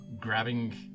Grabbing